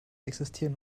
existieren